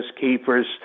keepers